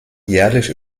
jährlich